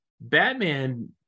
batman